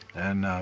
and